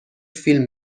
فیلم